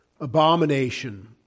abomination